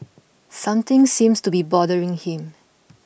something seems to be bothering him